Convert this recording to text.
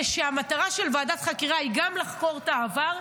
זה שהמטרה של ועדת החקירה היא גם לחקור את העבר,